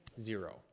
zero